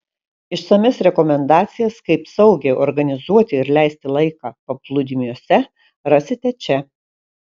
išsamias rekomendacijas kaip saugiai organizuoti ir leisti laiką paplūdimiuose rasite čia